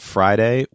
Friday